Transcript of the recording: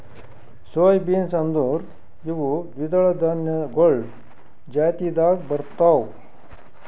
soy beans ಅಂದುರ್ ಇವು ದ್ವಿದಳ ಧಾನ್ಯಗೊಳ್ ಜಾತಿದಾಗ್ ಬರ್ತಾವ್